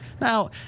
Now